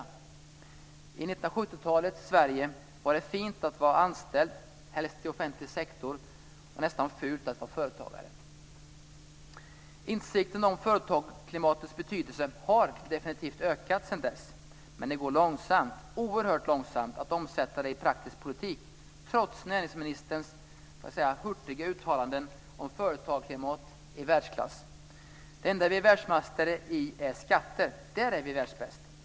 I 1970-talets Sverige var det fint att vara anställd, helst i offentlig sektor, och nästan fult att vara företagare. Insikten om företagsklimatets betydelse har definitivt ökat sedan dess. Men det går långsamt, oerhört långsamt, att omsätta det i praktisk politik, trots näringsministerns hurtiga uttalanden om företagarklimat i världsklass. Det enda vi är världsmästare i är skatter. Där är vi världsbäst.